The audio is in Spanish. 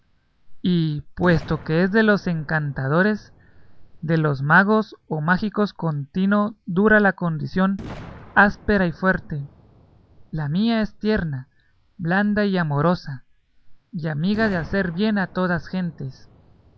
y puesto que es de los encantadores de los magos o mágicos contino dura la condición áspera y fuerte la mía es tierna blanda y amorosa y amiga de hacer bien a todas gentes